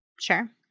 Sure